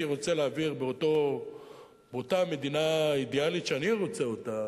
רוצה להעביר באותה מדינה אידיאלית שאני רוצה אותה,